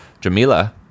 Jamila